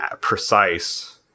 precise